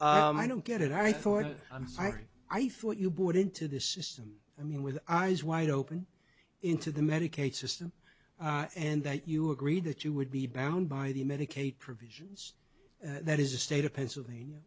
i don't get it i thought i'm sorry i thought you would into the system i mean with eyes wide open into the medicaid system and that you agreed that you would be bound by the medicaid provisions that is a state of pennsylvania